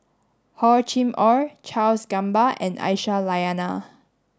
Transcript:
Hor Chim Or Charles Gamba and Aisyah Lyana